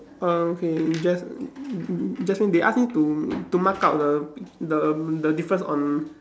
oh okay Jas~ Jaslyn they ask me to to mark out the the the difference on